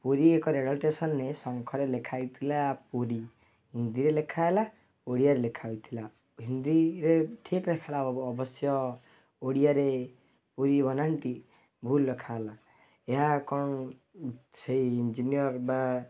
ପୁରୀ ଏକ ରେଳ ଷ୍ଟେସନ୍ରେ ଶଙ୍ଖରେ ଲେଖା ହୋଇଥିଲା ପୁରୀ ହିନ୍ଦୀରେ ଲେଖା ହେଲା ଓଡ଼ିଆରେ ଲେଖା ହୋଇଥିଲା ହିନ୍ଦୀରେ ଠିକ୍ ହୋଇଥିଲା ଅବଶ୍ୟ ଓଡ଼ିଆରେ ପୁରୀ ବନାନଟି ଭୁଲ୍ ଲେଖା ହେଲା ଏହା କଣ ସେଇ ଇଞ୍ଜିନିୟର୍ ବା